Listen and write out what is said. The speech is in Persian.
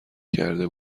کرده